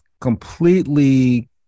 completely